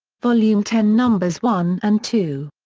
volume ten numbers one and two.